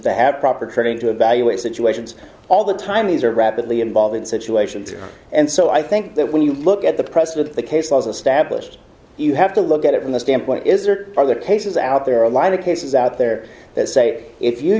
that have proper training to evaluate situations all the time these are rapidly involved in situations and so i think that when you look at the press of the case was established you have to look at it from the standpoint is are are there cases out there a lot of cases out there that say if you